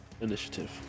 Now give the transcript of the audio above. initiative